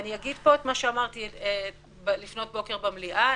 אגיד פה את מה שאמרתי לפנות בוקר במליאה: